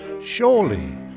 surely